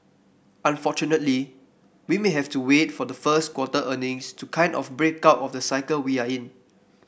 unfortunately we may have to wait for the first quarter earnings to kind of break out of the cycle we're in